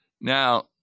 Now